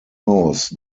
aus